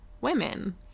women